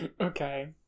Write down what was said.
Okay